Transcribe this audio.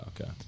okay